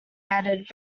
added